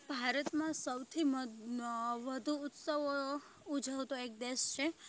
ભારતમાં સૌથી વધુ ઉત્સવો ઉજવતો એક દેશ છે